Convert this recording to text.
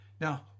Now